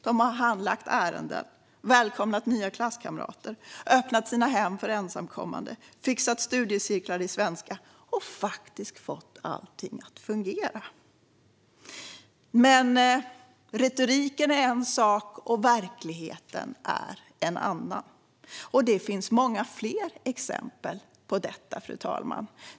De har handlagt ärenden, välkomnat nya klasskamrater, öppnat sina hem för ensamkommande, fixat studiecirklar i svenska och faktiskt fått allting att fungera. Retoriken är dock en sak och verkligheten en annan. Det finns många fler exempel på detta, fru talman.